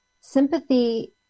Sympathy